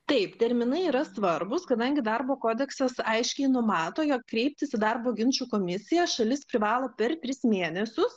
taip terminai yra svarbūs kadangi darbo kodeksas aiškiai numato jog kreiptis į darbo ginčų komisiją šalis privalo per tris mėnesius